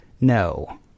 No